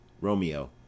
Romeo